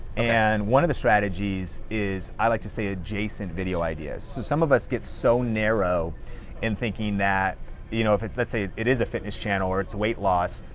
and one of the strategies is, i like to say, adjacent video ideas. so some of us get so narrow in thinking that you know if, let's say, it is a fitness channel, or it's weight loss,